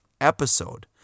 episode